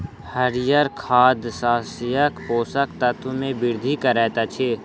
हरीयर खाद शस्यक पोषक तत्व मे वृद्धि करैत अछि